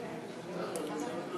יואל חסון,